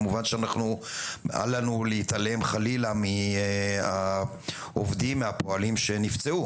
אל לנו להתעלם חלילה מן הפועלים שנפצעו